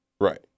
Right